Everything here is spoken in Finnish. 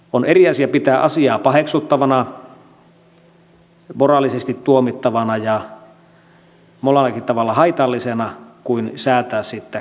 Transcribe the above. on eri asia pitää asiaa paheksuttuvana moraalisesti tuomittavana ja monellakin tavalla haitallisena kuin säätää siitä kielto lailla